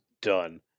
done